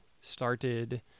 started